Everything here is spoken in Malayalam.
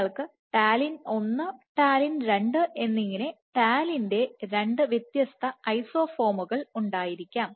നിങ്ങൾക്ക് ടാലിൻ 1 ടാലിൻ 2 എന്നിങ്ങനെ ടാലിൻറെ രണ്ട്വ്യത്യസ്ത ഐസോഫോമുകൾ ഉണ്ടായിരിക്കാം